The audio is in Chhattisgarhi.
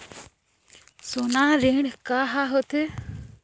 सोना ऋण हा का होते?